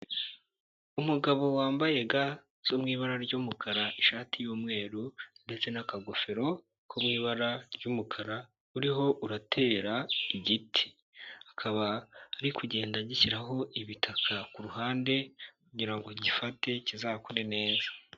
Umugabo wambaye ga zo mu ibara ry'umukara, ishati y'umweru ndetse n'akagofero ko mu ibara ry'umukara uriho uratera igiti, akaba ari kugenda agishyiraho ibitaka ku ruhande kugira ngo gifate kizaku neza.